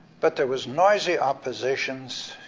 but there was noisy oppositions.